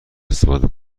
استفاده